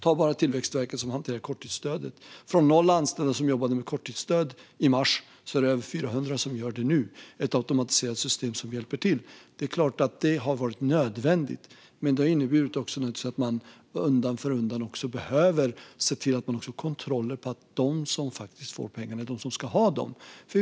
Ta bara Tillväxtverket, som hanterar korttidsstödet. Man har gått från noll anställda som jobbade med korttidsstöd i mars, och nu är det över 400 som gör det med ett automatiserat system som hjälper till. Det är klart att det har varit nödvändigt. Men det har också inneburit att man undan för undan behöver se till att man har kontroller av att de som får pengarna också är de som ska ha dem.